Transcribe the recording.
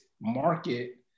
market